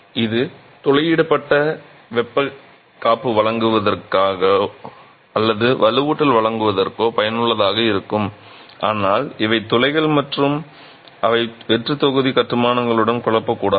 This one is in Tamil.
இந்த துளைகள் வெப்ப காப்பு வழங்குவதற்கோ அல்லது வலுவூட்டல்களை வழங்குவதற்கோ பயனுள்ளதாக இருக்கும் ஆனால் இவை துளைகள் மற்றும் அவை வெற்றுத் தொகுதி கட்டுமானங்களுடன் குழப்பப்படக்கூடாது